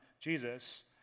Jesus